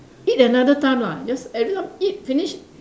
eat another time lah yes everytime eat finish